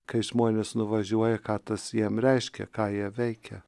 kai žmonės nuvažiuoja ką tas jiem reiškia ką jie veikia